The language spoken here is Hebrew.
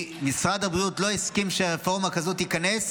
היא שמשרד הבריאות לא הסכים שרפורמה כזאת תיכנס